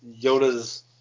Yoda's